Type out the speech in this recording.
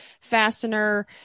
fastener